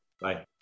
Bye